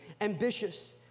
ambitious